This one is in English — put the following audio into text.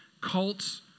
cults